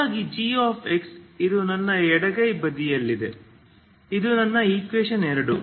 ಹಾಗಾಗಿ gx ಇದು ನನ್ನ ಎಡಗೈ ಬದಿಯಲ್ಲಿದೆ ಇದು ನನ್ನ eq2